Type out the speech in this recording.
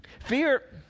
Fear